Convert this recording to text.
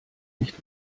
nicht